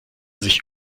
sich